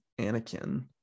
Anakin